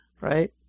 right